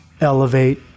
elevate